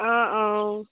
অঁ অঁ